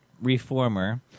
Reformer